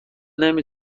نمی